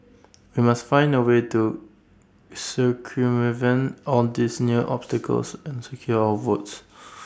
we must find A way to circumvent all these new obstacles and secure our votes